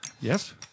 Yes